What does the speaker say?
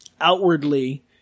outwardly